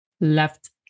left